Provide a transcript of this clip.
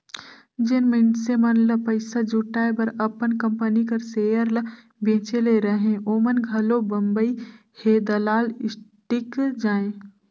जेन मइनसे मन ल पइसा जुटाए बर अपन कंपनी कर सेयर ल बेंचे ले रहें ओमन घलो बंबई हे दलाल स्टीक जाएं